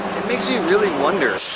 it makes me really wonder,